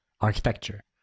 architecture